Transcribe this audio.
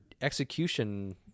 execution